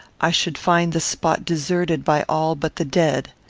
i should find the spot deserted by all but the dead.